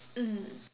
mm